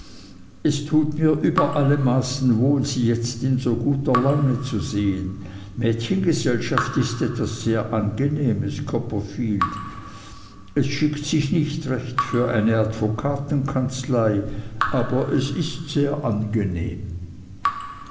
es tut mir über alle maßen wohl sie jetzt in so guter laune zu sehen mädchengesellschaft ist etwas sehr angenehmes copperfield es schickt sich nicht recht für eine advokatenkanzlei ist aber sehr angenehm